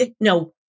No